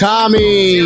Tommy